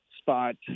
spot